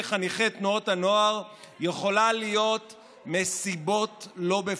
חניכי תנועות הנוער יכולה להיות מסיבות לא מפוקחות.